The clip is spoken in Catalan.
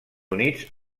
units